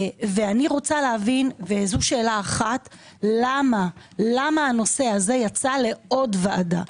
אני רוצה להבין, למה הנושא הזה יצא לעוד ועדה?